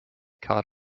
cut